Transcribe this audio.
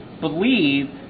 believe